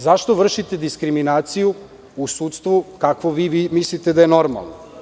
Zašto vršite diskriminaciju u sudstvu, kako vi mislite da je normalno?